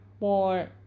more